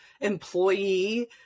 employee